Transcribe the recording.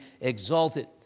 exalted